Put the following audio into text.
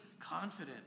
confident